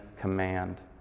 command